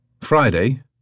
Friday